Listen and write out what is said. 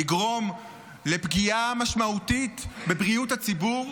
לגרום לפגיעה משמעותית בבריאות הציבור,